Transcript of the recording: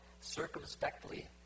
circumspectly